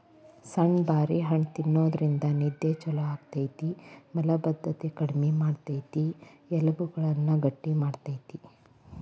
ಸಣ್ಣು ಬಾರಿ ಹಣ್ಣ ತಿನ್ನೋದ್ರಿಂದ ನಿದ್ದೆ ಚೊಲೋ ಆಗ್ತೇತಿ, ಮಲಭದ್ದತೆ ಕಡಿಮಿ ಮಾಡ್ತೆತಿ, ಎಲಬುಗಳನ್ನ ಗಟ್ಟಿ ಮಾಡ್ತೆತಿ